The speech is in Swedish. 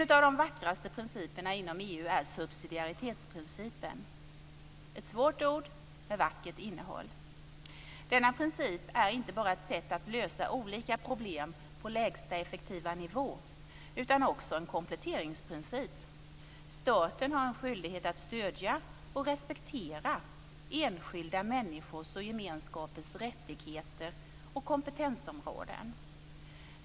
En av de vackraste principerna inom EU är subsidiaritetsprincipen - ett svårt ord med vackert innehåll. Denna princip är inte bara ett sätt att lösa olika problem på lägsta effektiva nivå, utan det är också en kompletteringsprincip. Staten har en skyldighet att stödja och respektera enskilda människors och gemenskapens rättigheter och kompetensområden.